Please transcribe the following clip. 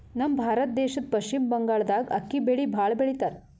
ನಮ್ ಭಾರತ ದೇಶದ್ದ್ ಪಶ್ಚಿಮ್ ಬಂಗಾಳ್ದಾಗ್ ಅಕ್ಕಿ ಬೆಳಿ ಭಾಳ್ ಬೆಳಿತಾರ್